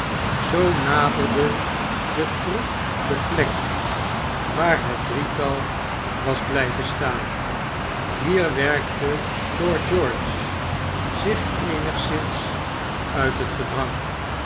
zoo naderde de troep de plek waar het drietal was blijven staan hier werkte lord george zich eenigszins uit het gedrang